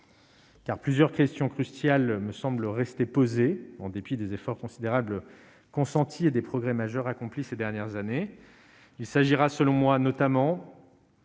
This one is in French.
Car plusieurs questions cruciales me semble rester posée en dépit des efforts considérables consentis et des progrès majeurs accomplis ces dernières années, il s'agira selon moi notamment,